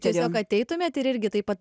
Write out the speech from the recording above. tiesiog ateitumėt ir irgi taip pat